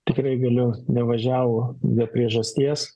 tikrai galiu nevažiavo be priežasties